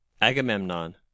Agamemnon